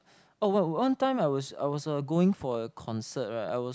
oh well one time I was I was uh going for a concert right I was